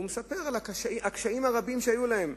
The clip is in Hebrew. הוא מספר על הקשיים הרבים שהיו להן.